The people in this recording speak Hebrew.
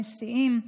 נשיאים,